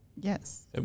Yes